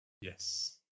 Yes